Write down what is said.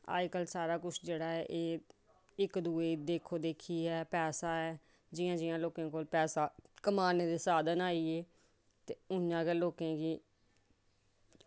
अज्जकल सारा कुछ जेह्ड़ा ऐ एह् इक दूए दी देखो देखी ऐ पैसा ऐ जियां जियां लोकें कोल पैसा कमाने दे साधन आई गे ते इ'यां गै लोकें गी